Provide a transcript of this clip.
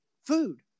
Food